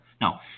Now